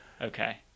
Okay